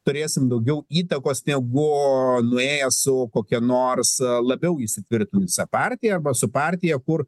turėsim daugiau įtakos negu nuėję su kokia nors labiau įsitvirtinusia partija arba su partija kur